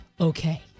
okay